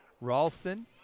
Ralston